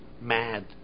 mad